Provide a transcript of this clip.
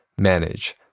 manage